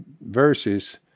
verses